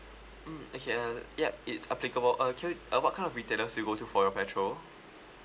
mm okay uh yup it's applicable uh can you uh what kind of retailers do you go to for your petrol